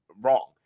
wrong